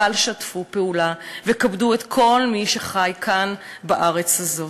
אבל שתפו פעולה וכבדו את כל מי שחי כאן בארץ הזאת.